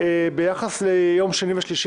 ביחס ליום שני ושלישי,